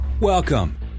Welcome